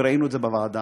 וראינו את זה בוועדה.